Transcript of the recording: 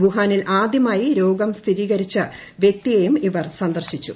വുഹാനിൽ ആദ്യമായി രോഗം സ്ഥിരീകരിച്ച വൃക്തിയെയും ഇവർ സന്ദർശിച്ചു